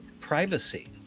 privacy